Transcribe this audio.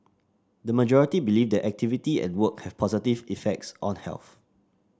the majority believe that activity and work have positive effects on health